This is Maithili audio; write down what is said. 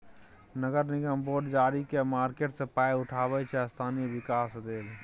नगर निगम बॉड जारी कए मार्केट सँ पाइ उठाबै छै स्थानीय बिकास लेल